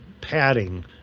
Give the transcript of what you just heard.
padding